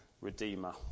redeemer